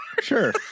Sure